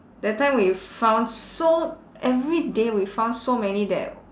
that time we found so every day we found so many that